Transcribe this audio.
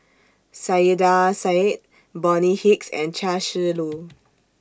Saiedah Said Bonny Hicks and Chia Shi Lu